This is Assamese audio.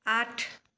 আঠ